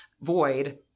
void